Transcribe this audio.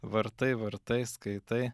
vartai vartai skaitai